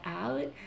out